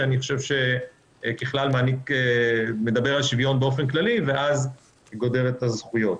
שאני חושב שככלל מדבר על שוויון באופן כללי ואז גודר את הזכויות.